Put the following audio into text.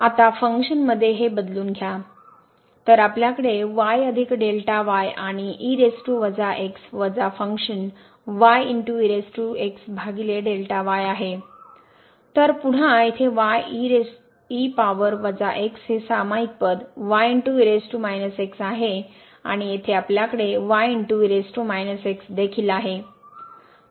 तर आपल्याकडे आणि वजा भागिले आहे तर पुन्हा येथे y e पॉवर वजा x हे सामाईक पद आहे आणि येथे आपल्याकडे देखील आहे